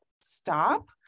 stop